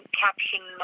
caption